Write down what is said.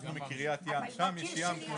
הרבה פעמים הן לא יודעות שהיה הליך